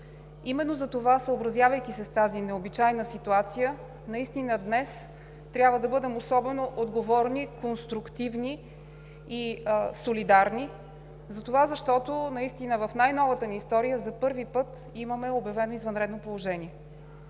Именно затова, съобразявайки се с тази необичайна ситуация, днес трябва да бъдем особено отговорни, конструктивни и солидарни, защото, наистина в най-новата ни история за първи път имаме обявено извънредно положение.